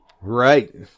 Right